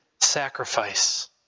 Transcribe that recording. sacrifice